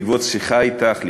בעקבות שיחה אתך,